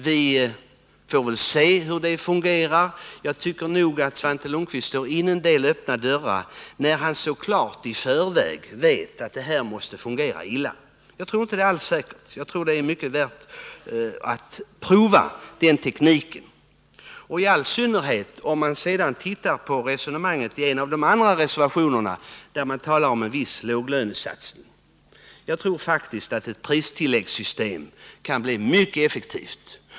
Vi får väl se hur det fungerar. Jag tycker nog att Svante Lundkvist slogin en del öppna dörrar när han så klart i förväg anser sig veta att metoden måste fungera illa. Jag tror inte att det är så säkert, utan jag tycker att det är värt att prova den tekniken, i all synnerhet med tanke på det resonemang som försien av de andra reservationerna, där det talas om en viss låglönesatsning. Jag tror faktiskt att ett pristilläggssystem kan bli mycket effektivt.